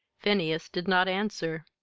phineas did not answer.